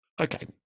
Okay